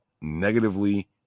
negatively